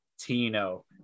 Tino